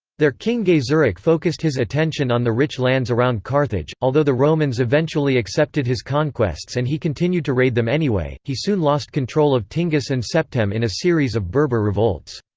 their king gaiseric focused his attention on the rich lands around carthage although the romans eventually accepted his conquests and he continued to raid them anyway, he soon lost control of tingis and septem in a series of berber revolts.